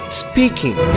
speaking